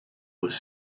was